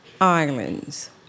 islands